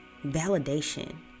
validation